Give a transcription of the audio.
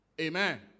Amen